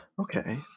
okay